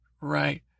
right